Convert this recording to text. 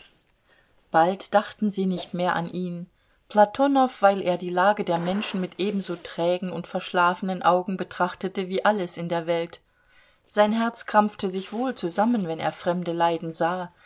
bald dachten sie nicht mehr an ihn platonow weil er die lage der menschen mit ebenso trägen und verschlafenen augen betrachtete wie alles in der welt sein herz krampfte sich wohl zusammen wenn er fremde leiden sah